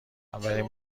اولین